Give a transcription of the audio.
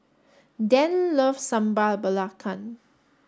Dan loves Sambal Belacan